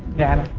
man